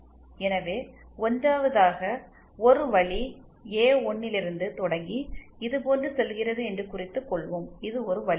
எனவே 1 வதாக ஒருவழி ஏ1 லிருந்து தொடங்கி இதுபோன்று செல்கிறது என்று குறித்து கொள்வோம் இது ஒரு வழி